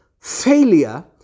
failure